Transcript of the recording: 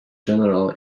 general